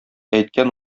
әйткән